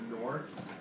north